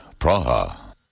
Praha